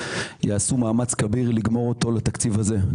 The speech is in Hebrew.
ייעשה מאמץ כביר כדי לסיים אותו בתקציב הזה.